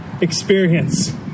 experience